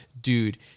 dude